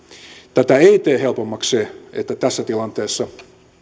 tätä ei tee helpommaksi se että tässä tilanteessa